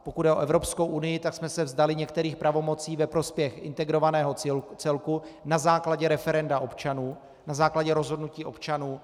Pokud jde o Evropskou unii, tak jsme se vzdali některých pravomocí ve prospěch integrovaného celku na základě referenda občanů, na základě rozhodnutí občanů.